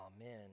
amen